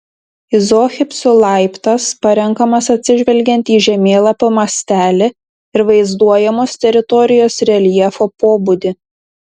izohipsių laiptas parenkamas atsižvelgiant į žemėlapio mastelį ir vaizduojamos teritorijos reljefo pobūdį